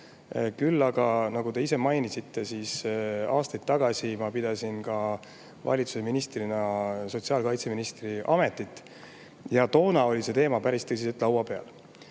Küll aga, nagu te ise mainisite, aastaid tagasi ma pidasin valitsuse ministrina ka sotsiaalkaitseministri ametit ja toona oli see teema päris tõsiselt laua peal.